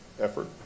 effort